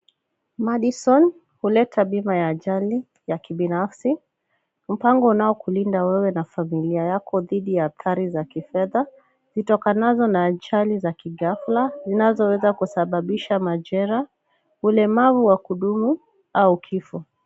MADISON huleta bima ya ajali ya kibinafsi. Mpango unakulinda wewe na familia yako dhidi ya athari za kifedha, kutokanazo na ajali za kighafla, zinazoweza kusababisha majeraha, ulemavu wa kudumu au kifo.